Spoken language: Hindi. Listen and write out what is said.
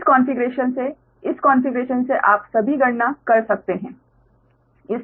इस कॉन्फ़िगरेशन से इस कॉन्फ़िगरेशन से आप सभी गणना कर सकते हैं